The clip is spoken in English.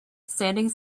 standing